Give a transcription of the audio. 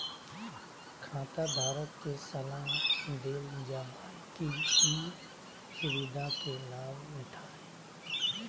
खाताधारक के सलाह देल जा हइ कि ई सुविधा के लाभ उठाय